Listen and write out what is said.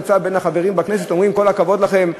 נמצא בין החברים בכנסת שאומרים: כל הכבוד לכם.